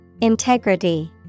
Integrity